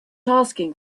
asking